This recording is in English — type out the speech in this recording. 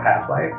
half-life